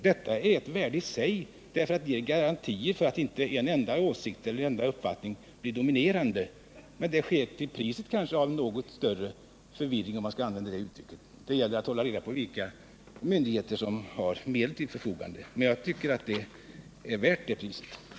Detta har ett värde i sig, därför att det ger garantier för att inte bara en enda åsikt eller en enda uppfattning blir dominerande, men det sker kanske till priset av något större förvirring, om man kan använda det uttrycket, genom att det då gäller att hålla reda på vilka olika myndigheter som har medel till förfogande. Men jag tycker inte att detta är något tungt vägande skäl mot den föreslagna anordningen.